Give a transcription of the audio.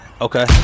okay